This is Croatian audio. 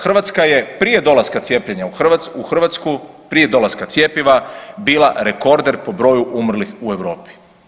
Hrvatska je prije dolaska cijepljenja u Hrvatsku, prije dolaska cjepiva bila rekorder po broju umrlih u Europi.